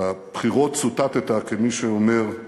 בבחירות צוטטת כמי שאומר: